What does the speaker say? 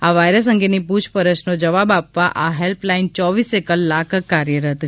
આ વાયરસ અંગેની પૂછપરછનો જવાબ આપવા આ હેલ્પલાઈન ચોવીસેય કલાક કાર્યરત હોય છે